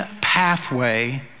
pathway